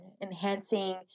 enhancing